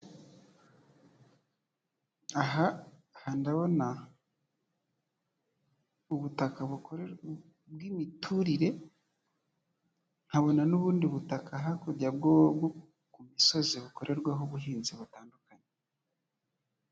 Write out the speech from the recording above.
Aha ndabona ubutaka bw'imiturire nkabona n'ubundi butaka hakurya bwo ku misozi bukorerwaho ubuhinzi butandukanye.